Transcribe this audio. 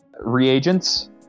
reagents